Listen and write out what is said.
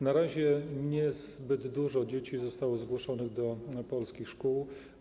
Na razie niezbyt dużo dzieci zostało zgłoszonych do polskich szkół.